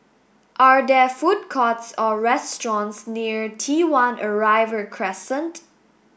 are there food courts or restaurants near T One Arrival Crescent